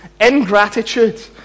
ingratitude